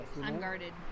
Unguarded